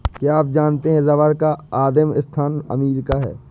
क्या आप जानते है रबर का आदिमस्थान अमरीका है?